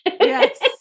Yes